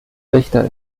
richter